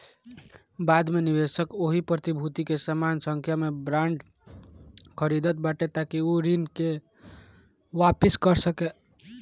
बाद में निवेशक ओही प्रतिभूति के समान संख्या में बांड खरीदत बाटे ताकि उ ऋण के वापिस कर सके